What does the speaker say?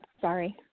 sorry